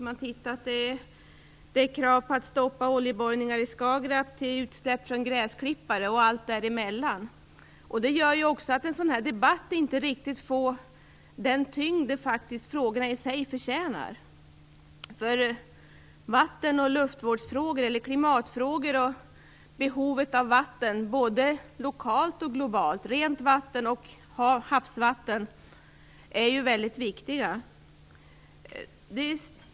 Det är krav på allt från att stoppa oljeborrning i Skagerrak till utsläpp från gräsklippare, och det gör att debatten inte får den tyngd som frågorna i sig förtjänar. Vatten och luftvårdsfrågor, klimatfrågor och frågan om behovet av rent vatten och havsvatten både lokalt och globalt är väldigt viktiga.